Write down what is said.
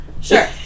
Sure